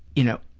you know,